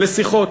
לשיחות,